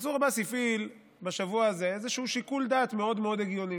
מנסור עבאס הפעיל בשבוע הזה איזשהו שיקול דעת מאוד מאוד הגיוני.